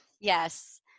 Yes